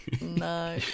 No